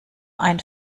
ein